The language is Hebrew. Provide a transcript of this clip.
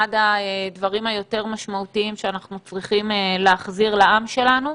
הדברים היותר משמעותיים שאנחנו צריכים להחזיר לעם שלנו.